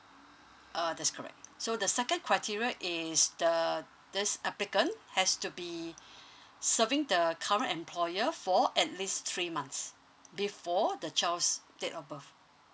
uh that's correct so the second criteria is the this applicant has to be serving the current employer for at least three months before the child's date of birth